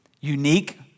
unique